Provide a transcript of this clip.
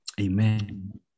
amen